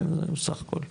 סך הכול,